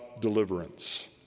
deliverance